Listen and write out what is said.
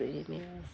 సేమ్యాస్